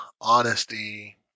honesty